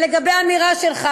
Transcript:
ולגבי האמירה שלך